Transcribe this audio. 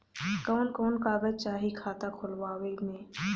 कवन कवन कागज चाही खाता खोलवावे मै?